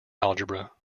algebra